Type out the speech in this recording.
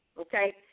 Okay